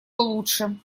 лучше